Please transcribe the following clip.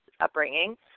upbringing